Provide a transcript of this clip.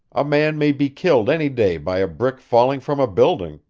a man may be killed any day by a brick falling from a building,